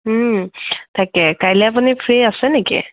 তাকে কাইলৈ আপুনি ফ্ৰী আছে নেকি